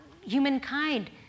humankind